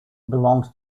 belongs